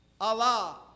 Allah